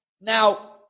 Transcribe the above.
now